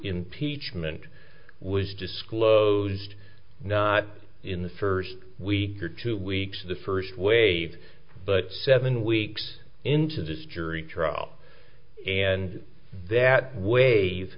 impeachment was disclosed not in the first week or two weeks the first wave but seven weeks into this jury trial and that wave